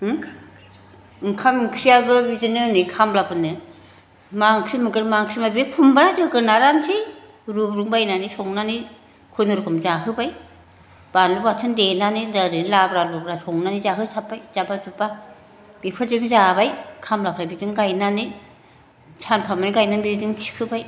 ओंखाम ओंख्रियाबो बिदिनो नै खामलाफोरनो मा ओंख्रि मोनगोन मा ओंख्रि मोना बे खुम्ब्रा जोगोनारानोसै रुग्रुंबायनानै संनानै खुनुरुखम जाहोबाय बानलु बाथोन देनानै ओरैनो लाब्रा लुब्रा संनानै जाहोसाब्बाय जाब्बा जुब्बा बेफोरजोंनो जाबाय खामलाफोरा बिदिनो गायनानै सानफामानि गायनानै बेजोंनो थिखोबाय